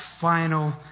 final